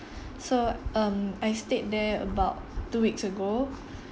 so um I stayed there about two weeks ago